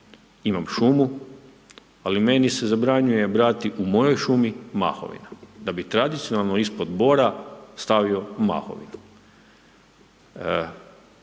Imam šumu, ali meni se zabranjuje brati u mojoj šumi mahovina da bi tradicionalno ispod bora stavio mahovinu.